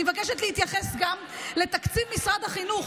אני מבקשת להתייחס גם לתקציב משרד החינוך,